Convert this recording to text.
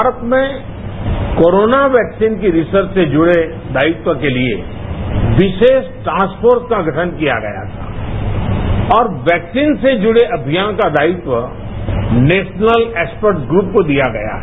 भारत में corona vaccine के research से जुड़े दायित्व के लिए विशेष टास्क फोर्स का गठन किया गया है और वैक्सीन के जुड़े अभियान का दायित्व नेशनल एक्सपर्ट ग्रुप को दिया गया है